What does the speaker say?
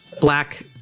black